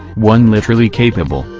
one literally capable,